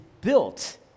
built